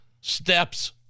steps